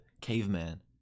caveman